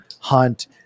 Hunt